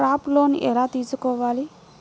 Crop loan ఎలా తీసుకోవాలి?